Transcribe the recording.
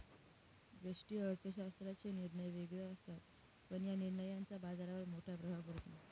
व्यष्टि अर्थशास्त्राचे निर्णय वेगळे असतात, पण या निर्णयांचा बाजारावर मोठा प्रभाव पडतो